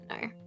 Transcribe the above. no